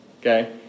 okay